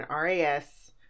RAS